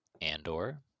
Andor